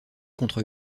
contre